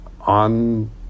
on